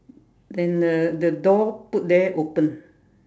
then the the door put there open